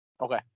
Okay